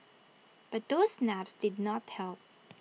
but those naps did not help